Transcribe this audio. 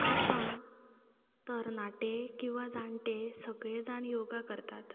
आतां तरनाटे किंवां जाणटे सगळे जाण योगा करतात